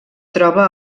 troba